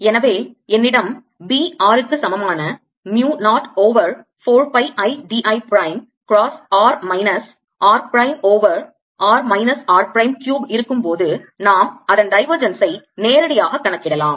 எனவே என்னிடம் B r க்கு சமமான mu 0 over 4 pi I d I prime cross r minus r prime over r minus r prime cube இருக்கும் போது நாம் அதன் divergence ஐ நேரடியாக கணக்கிடலாம்